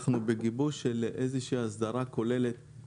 אנחנו בגיבוש של איזושהי הסדרה כוללת